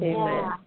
Amen